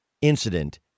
incident